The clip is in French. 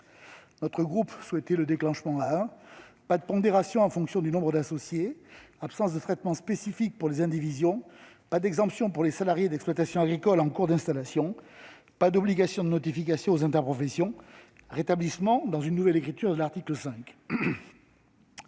notre groupe souhaitait le déclenchement à 1 fois le seuil ; pas de pondération en fonction du nombre d'associés ; absence de traitement spécifique pour les indivisions ; pas d'exemption pour les salariés d'exploitation agricole en cours d'installation ; pas d'obligation de notification aux interprofessions ; rétablissement, dans une nouvelle écriture, de l'article 5.